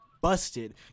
busted